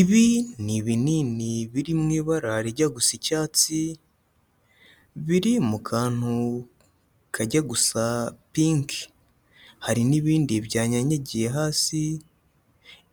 Ibi ni ibinini biri mu ibara rijya gusa icyatsi, biri mu kantu kajya gusa pink, hari n'ibindi byanyanyagiye hasi,